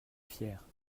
fière